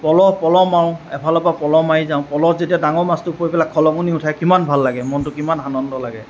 পলহ পলহ মাৰোঁ এফালৰ পৰা পলহ মাৰি যাওঁ পলহত যেতিয়া ডাঙৰ মাছটো পৰি পেলায় যেতিয়া খলকনি উঠে কিমান আনন্দ লাগে মনটো কিমান আনন্দ লাগে